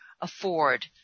afford